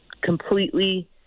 completely